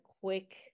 quick